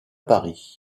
paris